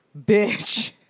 Bitch